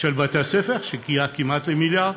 של בתי-הספר, של כמעט מיליארד,